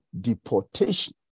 deportation